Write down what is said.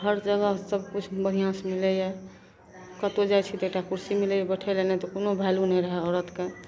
हर जगह सबकिछु बढ़िआँसे मिलैए कतहु जाइ छी तऽ एकटा कुरसी मिलैए बैठै ले नहि तऽ कोनो वैल्यू नहि रहै औरतके